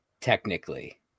technically